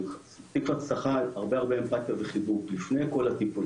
תקווה הייתה צריכה הרבה אמפתיה וחיבוק לפני כל הטיפול,